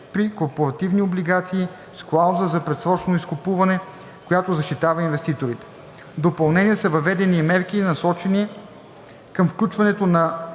при корпоративни облигации с клауза за предсрочно изкупуване, която защитава инвеститорите. В допълнение са въведени и мерки, насочени към включването на